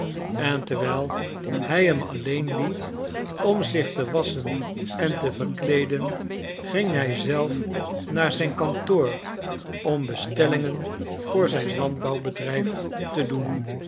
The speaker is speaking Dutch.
en terwijl hij hem alleen liet om zich te wasschen en te verkleeden ging hij zelf naar zijn kantoor om bestellingen voor zijn landbouwbedrijf te doen